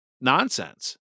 nonsense